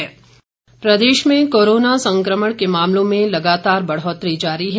corona प्रदेश प्रदेश में कोरोना संक्रमण के मामलों में लगातार बढ़ोतरी जारी है